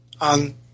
on